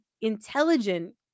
intelligent